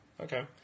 Okay